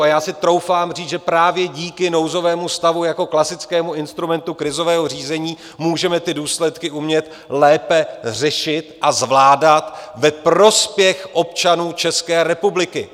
A já si troufám říct, že právě díky nouzovému stavu jako klasickému instrumentu krizového řízení můžeme ty důsledky umět lépe řešit a zvládat ve prospěch občanů České republiky.